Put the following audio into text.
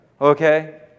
okay